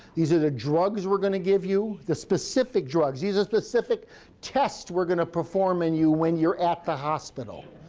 these are the drugs we're going to give you the specific drugs. these are specific tests we're going to perform on and you when you're at the hospital.